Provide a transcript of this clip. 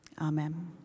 Amen